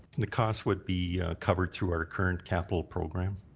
the costs would be covered through our current capital program.